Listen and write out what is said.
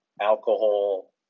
alcohol